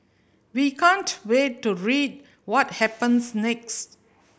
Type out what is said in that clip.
we can't wait to read what happens next